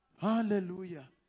Hallelujah